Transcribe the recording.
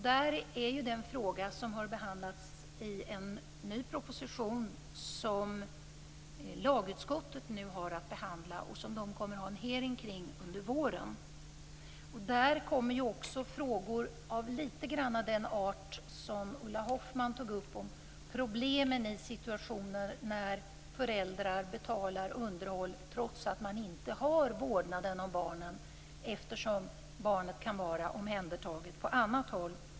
Det är en fråga som har behandlats i en ny proposition som lagutskottet nu har att behandla och som de kommer att ha en hearing kring under våren. Där kommer det också upp frågor som är litet grand av den art som Ulla Hoffmann tog upp, alltså frågor som handlar om problemen i situationer där föräldrar betalar underhåll trots att de inte har vårdnaden om barnen eftersom barnen kan vara omhändertagna på annat håll.